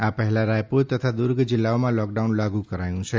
આ પહેલાં રાયપુર તથા દુર્ગ જિલ્લાઓમાં લોકડાઉન લાગુ કરાયું છે